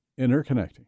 interconnecting